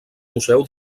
museu